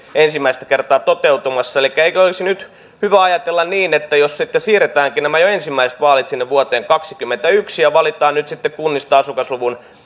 ensimmäistä kertaa toteutumassa elikkä eikö olisi nyt hyvä ajatella niin että jos siirretäänkin jo nämä ensimmäiset vaalit sinne vuoteen kaksikymmentäyksi ja valitaan nyt sitten kunnista asukasluvun